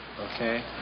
okay